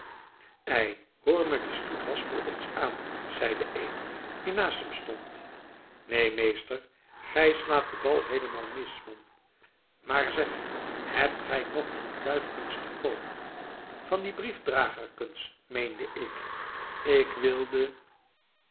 ei hoor me dien stoethaspel eens aan zeide een die naast hem stond neen meester gij slaat den bal heelemaal mis man maar zeg hebt gij nog duifkens te koop van die briefdragerkens meen ik ik wilde